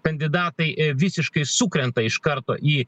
kandidatai visiškai sukrenta iš karto į